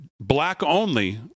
black-only